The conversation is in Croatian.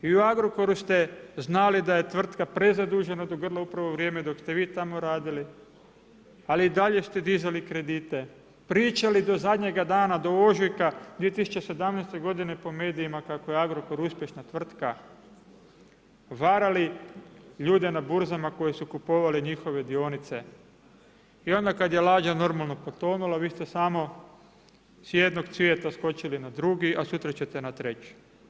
I u Agrokoru ste znali da je tvrtka prezadužena do grla upravo u vrijeme dok ste vi tamo radili ali i dalje ste dizali kredite, pričali do zadnje dana, do ožujka 2017. g. po medijima kako je Agrokor uspješna tvrtka, varali ljude n burzama koji su kupovali njihove dionice i onda kad je lađa normalno potonula, vi ste samo s jednog cvijeta skočili na drugi a sutra ćete na treći.